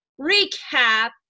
recap